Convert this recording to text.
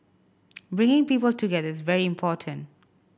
bringing people together is very important